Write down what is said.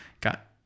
got